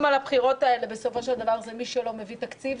זה מי שלא מביא תקציב,